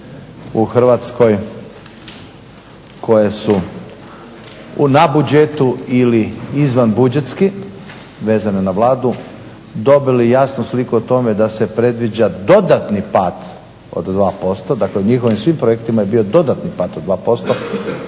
u Hrvatskoj koje su na budžetu ili izvanbudžetski vezane na Vladu dobili jasnu sliku o tome da se predviđa dodatni pad od 2%, dakle u njihovim svim projektima je bio dodatni pad od 2%,